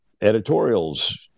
editorials